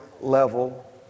level